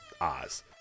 Oz